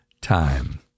time